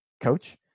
Coach